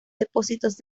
depósitos